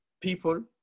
people